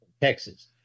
Texas